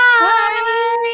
Bye